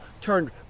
turned